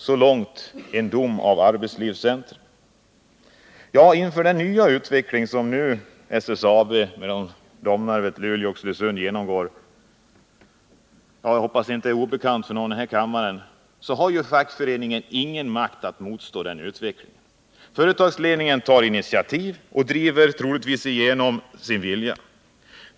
Så lyder domen av Arbetslivscentrum. Den nya utveckling som SSAB - Domnarvet, Luleå och Oxelösund — genomgår, och som jag hoppas inte är obekant för någon i denna kammare, har fackföreningen ingen makt att motstå. Företaglsedningen tar initiativ och driver troligtvis igenom sin vilja.